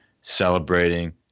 celebrating